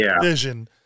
vision